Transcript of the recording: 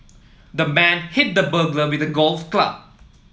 the man hit the burglar with a golf club